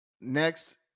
Next